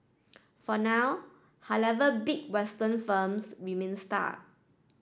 for now however big Western firms remain stuck